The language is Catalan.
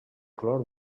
color